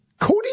Cody